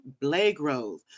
Blagrove